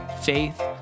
faith